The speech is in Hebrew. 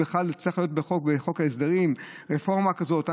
זה בכלל צריך להיות בחוק ההסדרים, רפורמה כזאת?